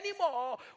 anymore